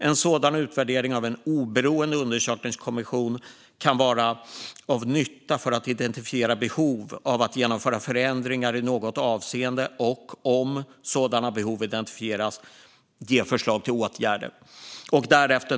En sådan utvärdering av en oberoende undersökningskommission kan vara av nytta för att identifiera behov av att genomföra förändringar i något avseende och, om sådana behov identifieras, ge förslag till åtgärder."